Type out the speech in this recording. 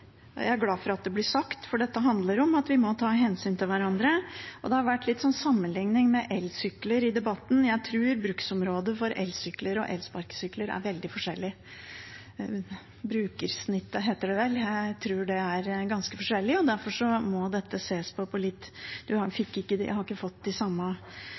blir sagt, for dette handler om at vi må ta hensyn til hverandre. Det har vært litt sammenligning med elsykler i debatten. Jeg tror bruksområdet for elsykler og elsparkesykler er veldig forskjellig. Brukersnittet – heter det vel – tror jeg er ganske forskjellig. Derfor har man ikke fått de samme effektene av elsykler som man har fått